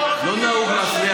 לא נהוג להפריע